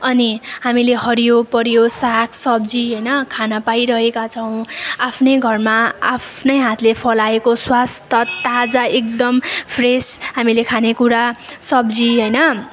अनि हामीले हरियो परियो साग सब्जी होइन खान पाइरहेका छौँ आफ्नै घरमा आफ्नै हातले फलाएको स्वस्थ ताजा एकदम फ्रेस हामीले खानेकुरा सब्जी हैन